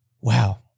wow